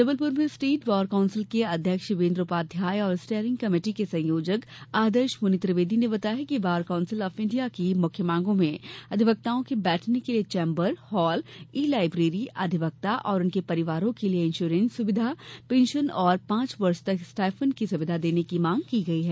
जबलपुर में state bar council के अध्यक्ष शिवेन्द्र उपाध्याय और स्टेयरिंग कमेटी के संयोजक आदर्श मुनि त्रिवेदी ने बताया कि बार कौंसिल ऑफ इंडिया की मुख्य मांगों में अधिवक्ताओं के बैठने के लिए चेम्बर हॉल ई लायब्रेरी अधिवक्ता और उनके परिवारों के लिए इंश्योरेंस सुविधा पेंशन और पांच वर्ष तक स्टायफंड की सुविधा देने की मांग की गई है